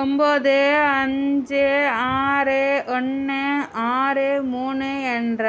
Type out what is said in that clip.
ஒம்பது அஞ்சு ஆறு ஒன்று ஆறு மூனு என்ற